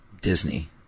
Disney